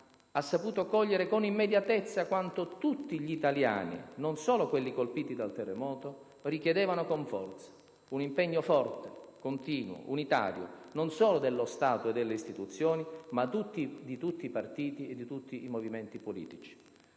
ha saputo cogliere con immediatezza quanto tutti gli italiani - non solo quelli colpiti dal terremoto - richiedevano con forza: un impegno forte, continuo, unitario, non solo dello Stato e delle istituzioni, ma di tutti i partiti e movimenti politici.